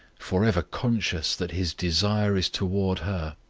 for ever conscious that his desire is toward her,